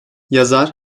yazar